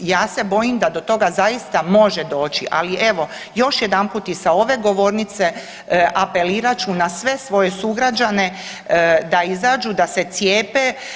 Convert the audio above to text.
Ja se bojim da do toga zaista može doći, ali evo, još jedanput i sa ove govornice apelirat ću na sve svoje sugrađane da izađu, da se cijepe.